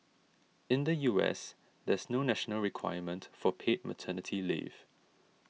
in the U S there's no national requirement for paid maternity leave